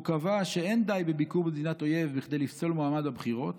הוא קבע שלא די בביקור במדינת אויב בכדי לפסול מועמד לבחירות,